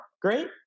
great